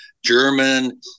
german